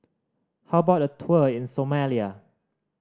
how about a tour in Somalia